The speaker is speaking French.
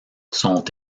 sont